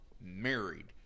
married